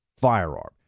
firearm